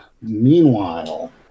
Meanwhile